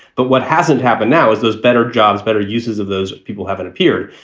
but what hasn't happened now is those better jobs, better uses of those people haven't appeared.